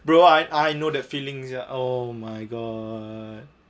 bro I I know the feelings ya oh my god